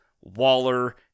Waller